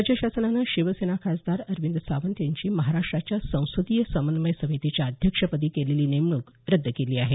राज्य शासनानं शिवसेना खासदार अरविंद सावंत यांची महाराष्ट्राच्या संसदीय समन्वय समितीच्या अध्यक्षपदी केलेली नेमणूक रद्द केली आहे